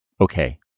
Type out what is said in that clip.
Okay